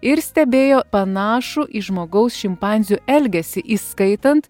ir stebėjo panašų į žmogaus šimpanzių elgesį įskaitant